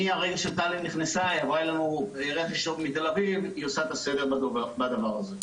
מהרגע שטלי נכנסה היא עברה אלינו מתל אביב היא עושה סדר בדבר הזה.